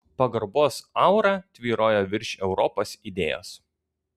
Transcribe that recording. pagarbos aura tvyro virš europos idėjos